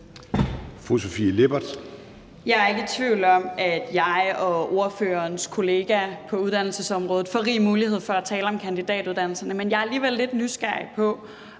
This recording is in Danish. Jeg er ikke i tvivl om, at jeg og ordførerens kollega på uddannelsesområdet får rig mulighed for at tale om kandidatuddannelserne, men jeg er alligevel lidt nysgerrig på,